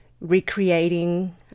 recreating